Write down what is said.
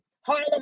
Harlem